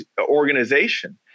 organization